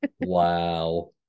Wow